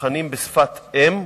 מבחנים בשפת אם,